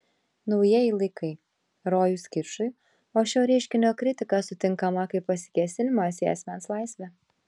naujieji laikai rojus kičui o šio reiškinio kritika sutinkama kaip pasikėsinimas į asmens laisvę